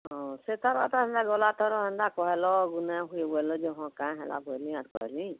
ହଁ ସେଥର ତ ଏନ୍ତା ଗଲାଥର ହେନ୍ତା କହେଲ ବୁନେ ହୁଁ ବୋଇଲ ଯେ ହଁ କାଏଁ ହେଲା କରମି ଆର କହିମି